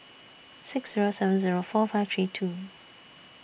six Zero seven Zero four five three two